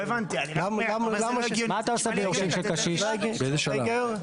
זה נשמע לי הגיוני לתת להם --- באיזה שלב?